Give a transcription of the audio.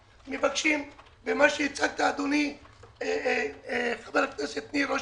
ומה שהצגת חברת הכנסת ניר ברקת,